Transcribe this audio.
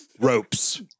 ropes